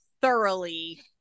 thoroughly